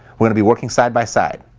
we're going to be working side by side.